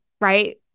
right